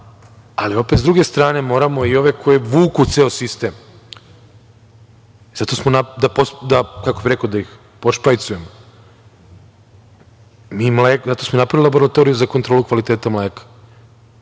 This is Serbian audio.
farmi. Opet, sa druge strane, moramo i ove koje vuku ceo sistem, kako bih rekao, da ih pošpajcujemo. Zato smo napravili laboratoriju za kontrolu kvaliteta mleka